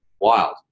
wild